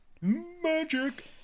magic